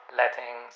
letting